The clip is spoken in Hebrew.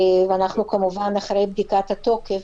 וכמובן, אחרי בדיקת התוקף,